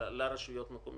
למה הגעתי לפה?